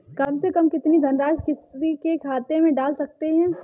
कम से कम कितनी धनराशि किसी के खाते में डाल सकते हैं?